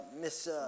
Miss